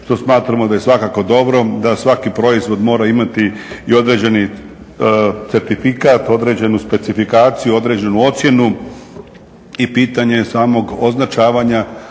To smatramo da je svakako dobro da svaki proizvod mora imati i određeni certifikat, određenu specifikaciju, određenu ocjenu. I pitanje je samog označavanja